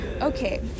Okay